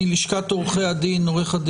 מלשכת עורכי הדין עו"ד